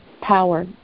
power